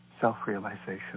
self-realization